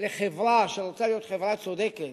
לחברה שרוצה להיות חברה צודקת